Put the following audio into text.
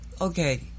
okay